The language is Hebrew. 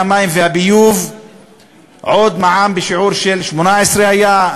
המים והביוב עוד מע"מ בשיעור של 18% היה,